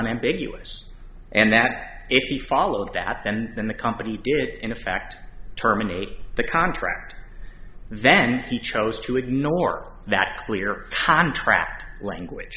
unambiguous and that if followed that and then the company in effect terminate the contract then he chose to ignore that clear contract language